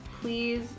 please